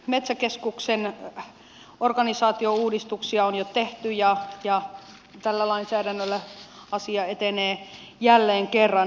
metsäkeskuksen organisaatiouudistuksia on jo tehty ja tällä lainsäädännöllä asia etenee jälleen kerran